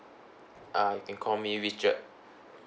uh you can call me richard